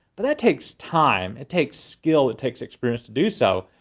but that takes time, it takes skill, it takes experience to do so.